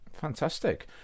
fantastic